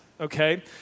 okay